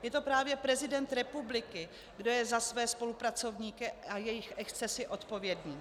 Je to právě prezident republiky, kdo je za své spolupracovníky a jejich excesy odpovědný.